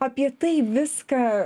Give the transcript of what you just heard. apie tai viską